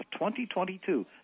2022